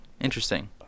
Interesting